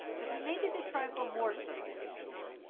but he made it a trifle more so than usual.